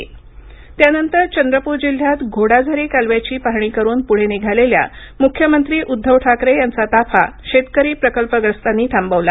म्ख्यमंत्री ताफा त्यानंतर चंद्रपूर जिल्ह्यात घोडाझरी कालव्याची पाहणी करून पुढे निघालेल्या मुख्यमंत्री उद्धव ठाकरे यांचा ताफा शेतकरी प्रकल्पग्रस्तांनी थांबविला